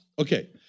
Okay